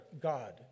God